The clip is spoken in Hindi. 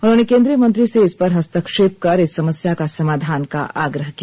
उन्होंने केंद्रीय मंत्री से इसपर हस्तक्षेप कर इस समस्या का समाधान का आग्रह किया